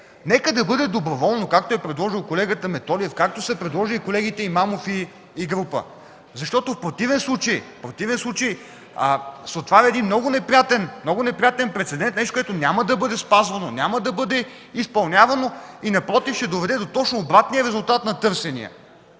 Нека да бъде доброволно, както е предложил колегата Методиев, както са предложили колегите Имамов и група. Защото в противен случай се отваря един много неприятен прецедент, нещо, което няма да бъде спазвано, няма да бъде изпълнявано и, напротив, ще доведе до точно обратния резултат на търсения.